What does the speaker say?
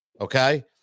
Okay